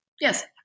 Yes